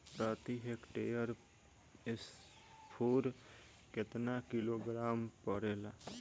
प्रति हेक्टेयर स्फूर केतना किलोग्राम पड़ेला?